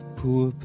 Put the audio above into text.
poor